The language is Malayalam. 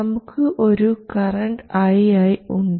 നമുക്ക് ഒരു ഇൻപുട്ട് കറന്റ് i1 ഉണ്ട്